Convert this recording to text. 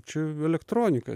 čia elektronika